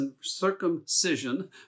circumcision